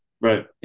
right